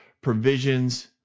provisions